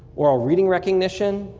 oral reading recognition,